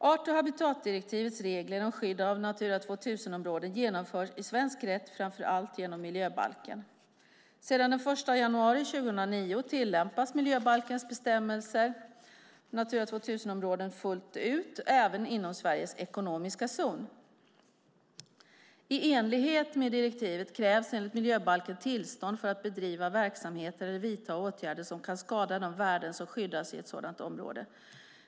Art och habitatdirektivets regler om skydd av Natura 2000-områden genomförs i svensk rätt framför allt genom miljöbalken. Sedan den 1 januari 2009 tillämpas miljöbalkens bestämmelser om Natura 2000-områden fullt ut även inom Sveriges ekonomiska zon. I enlighet med direktivet krävs enligt miljöbalken tillstånd för att bedriva verksamheter eller vidta åtgärder som kan skada de värden som skyddas i ett sådant område.